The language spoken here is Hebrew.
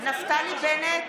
נפתלי בנט,